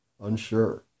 unsure